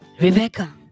Rebecca